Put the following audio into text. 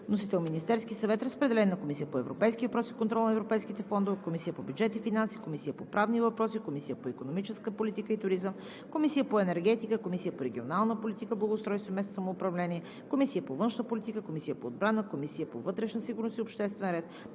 Вносител е Министерският съвет. Разпределена е на Комисията по европейски въпроси и контрол над европейските фондове; Комисията по бюджет и финанси; Комисията по правни въпроси; Комисията по икономическа политика и туризъм; Комисията по енергетика; Комисията по регионална политика, благоустройство и местно самоуправление; Комисията по външна политика; Комисията по отбрана; Комисията по вътрешна сигурност и обществен ред;